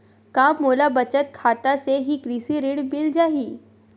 का मोला बचत खाता से ही कृषि ऋण मिल जाहि?